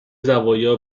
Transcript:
زوایا